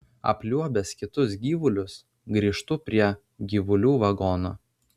apliuobęs kitus gyvulius grįžtu prie gyvulių vagono